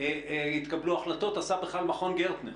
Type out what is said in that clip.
התקבלו החלטות עשה בכלל מכון גרטנר.